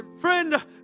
friend